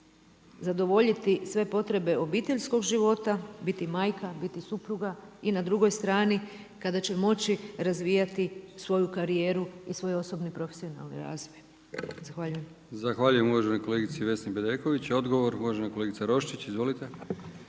zadovoljiti sve potrebe obiteljskog života, biti majka, biti supruga i na drugoj strani, kada će moći razvijati svoju karijeru i svoje osobni profesionalni razvoj. Zahvaljujem. **Brkić, Milijan (HDZ)** Zahvaljujem uvaženoj kolegici Vesni Bedeković. Odgovor uvažena kolegica Roščić. Izvolite.